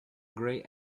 grey